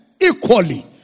Equally